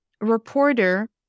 reporter